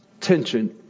Tension